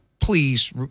please